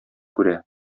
күрә